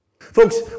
Folks